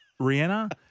Rihanna